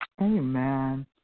Amen